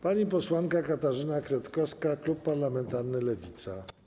Pani posłanka Katarzyna Kretkowska, klub parlamentarny Lewica.